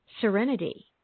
serenity